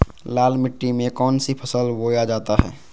लाल मिट्टी में कौन सी फसल बोया जाता हैं?